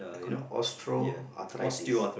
they call it ostro arthritis